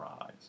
eyes